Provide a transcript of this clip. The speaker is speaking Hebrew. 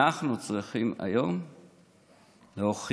אנחנו צריכים היום להוכיח,